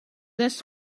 this